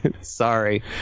Sorry